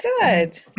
Good